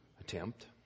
attempt